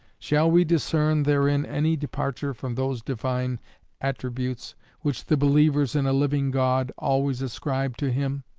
shall we discern therein any departure from those divine attributes which the believers in a living god always ascribe to him?